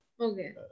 Okay